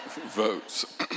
votes